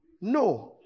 No